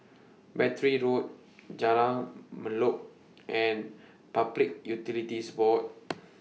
Battery Road Jalan Molek and Public Utilities Board